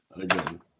again